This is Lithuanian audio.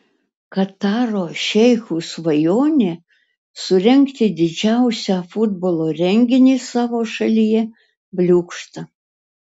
kataro šeichų svajonė surengti didžiausią futbolo renginį savo šalyje bliūkšta